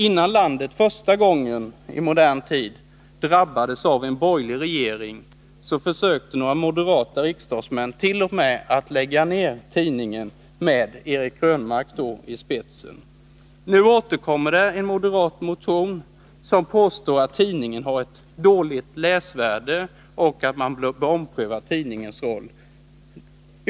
Innan landet första gången i modern tid drabbades av en borgerlig regering, försökte några moderata riksdagsmän, med Eric Krönmark i spetsen, t.o.m. lägga ner tidningen. Nu återkommer det en moderat motion, där det påstås att tidningen har ett dåligt läsvärde och att man bör ompröva tidningens roll.